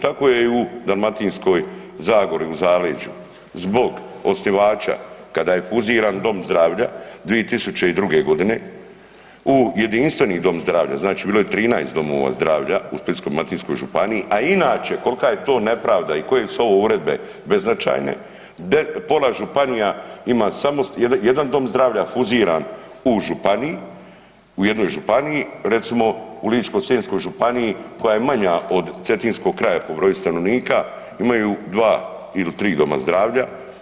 Tako je i u Dalmatinskoj zagori u zaleđu, zbog osnivača, kada je fuziran dom zdravlja 2002. g. u jedinstveni dom zdravlja, znači bilo je 13 domova zdravlja u Splitsko-dalmatinskoj županiji, a inače, kolika je to nepravda i koje su ovo uredbe beznačajne, pola županija ima samo jedan dom zdravlja fuziran u županiji, u jednoj županiji, recimo, u Ličko-senjskoj županiji koja je manja od cetinskog kraja po broju stanovnika, imaju 2 ili 3 doma zdravlja.